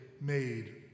made